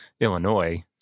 Illinois